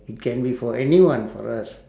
it can be for anyone for us